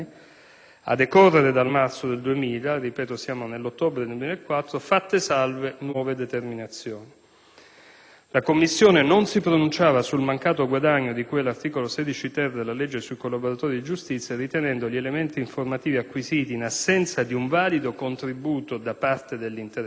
a decorrere dal marzo 2000 (siamo all'ottobre del 2004), fatte salve nuove determinazioni. La commissione non si pronunciava sul mancato guadagno di cui all'articolo 16-*ter* della legge sui collaboratori di giustizia, ritenendo gli elementi informativi acquisiti, in assenza di un valido contributo da parte dell'interessato,